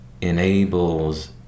enables